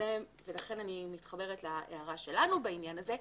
ולכן אני מתחברת להערה שלנו בעניין הזה,